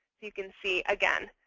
you can see, again,